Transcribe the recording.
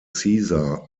caesar